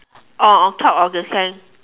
or on top of the sand